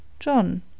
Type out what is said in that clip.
John